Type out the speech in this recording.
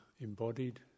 embodied